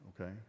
Okay